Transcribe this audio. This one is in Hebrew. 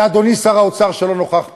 ואדוני שר האוצר, שלא נוכח פה: